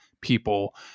people